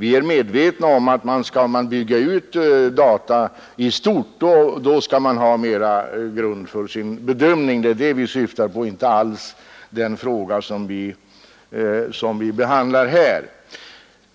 Vi är medvetna om att skall man bygga ut data i stort, då skall man ha bättre grund för sin bedömning. Det är det vi syftar på, inte alls på den fråga som behandlas nu.